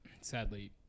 sadly